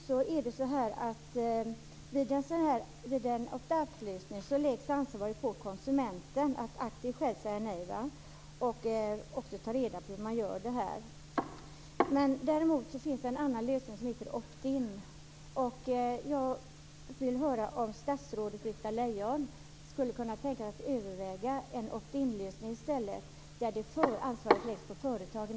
Jag har inte hört att det finns. Vid en opt out-lösning läggs ansvaret på konsumenten att själv aktivt säga nej och också ta reda på hur man gör det. Det finns en annan lösning som heter opt in. Jag vill höra om statsrådet Britta Lejon skulle kunna tänka sig att överväga en opt in-lösning där ansvaret i stället läggs på företagen.